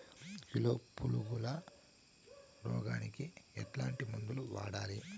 Kilo పులుగుల రోగానికి ఎట్లాంటి మందులు వాడాలి?